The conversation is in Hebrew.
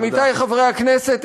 עמיתי חברי הכנסת,